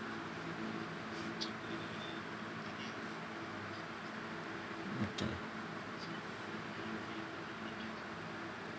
okay